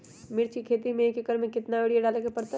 मिर्च के खेती में एक एकर में कितना यूरिया डाले के परतई?